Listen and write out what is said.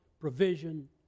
provision